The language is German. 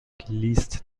geleast